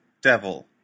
Devil